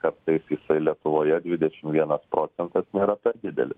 kartais jisai lietuvoje dvidešim vienas procentas nėra per didelis